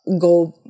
go